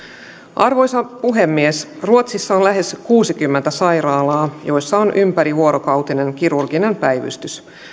arvoisa puhemies ruotsissa on lähes kuusikymmentä sairaalaa joissa on ympärivuorokautinen kirurginen päivystys